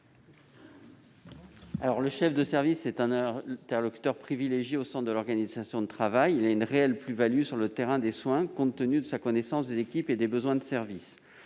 Jomier. Le chef de service est un interlocuteur privilégié, au centre de l'organisation de travail. Il apporte une réelle plus-value sur le terrain des soins, compte tenu de sa connaissance des équipes et des besoins du service.